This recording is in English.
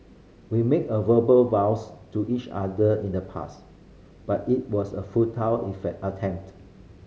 we make a verbal vows to each other in the past but it was a futile attempt